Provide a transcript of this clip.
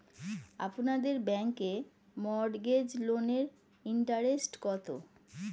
আপনাদের ব্যাংকে মর্টগেজ লোনের ইন্টারেস্ট কত?